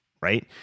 right